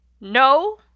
no